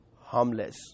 harmless